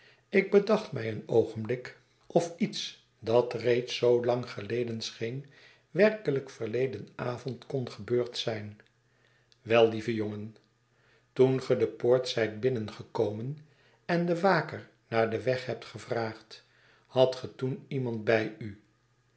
ik bedacht mij een oogenblik of iets dat reeds zoo lang geleden scheen werkelijk verleden avond kon gebeurd zijn wel lieve jongen toen ge de poort zijt binnengekomen en den waker naar den weg hebt gevraagd hadt ge toen iemand bij u